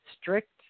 strict